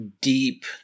deep